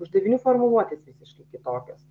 uždavinių formuluotės visiškai kitokios